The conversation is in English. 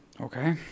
Okay